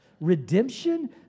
redemption